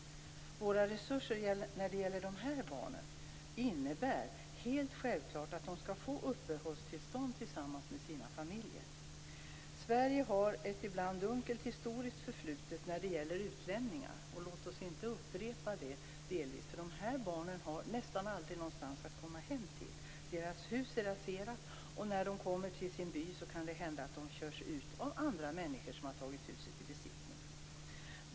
Våra resurser när det gäller de här barnen innebär helt självklart att de skall få uppehållstillstånd tillsammans med sina familjer. Sverige har ett ibland dunkelt historiskt förflutet när det gäller utlämningar. Låt oss inte delvis upprepa det. De här barnen har nästan aldrig någonstans att komma hem till. Deras hus är raserade, och när de kommer till sina byar kan det hända att de körs ut av andra människor som har tagit huset i besittning.